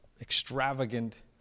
extravagant